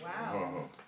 Wow